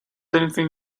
anything